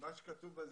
מה שכתוב בה,